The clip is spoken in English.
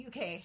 UK